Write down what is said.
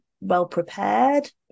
well-prepared